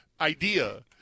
idea